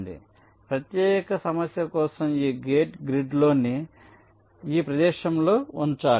కాబట్టి ఈ ప్రత్యేక సమస్య కోసం ఈ గేట్ గ్రిడ్లోని ఈ ప్రదేశంలో ఉంచాలి